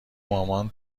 مامان